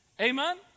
Amen